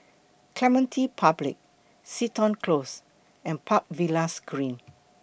Clementi Public Seton Close and Park Villas Green